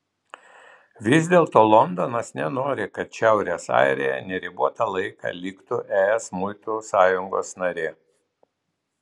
vis dėlto londonas nenori kad šiaurės airija neribotą laiką liktų es muitų sąjungos narė